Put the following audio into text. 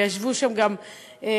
וישבו שם גם,